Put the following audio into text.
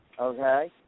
okay